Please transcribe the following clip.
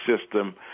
system